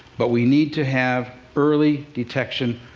but we need to have early detection,